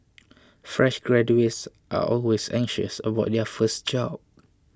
fresh graduates are always anxious about their first job